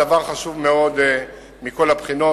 דבר מאוד חשוב מכל הבחינות,